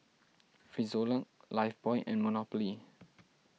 Frisolac Lifebuoy and Monopoly